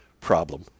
problem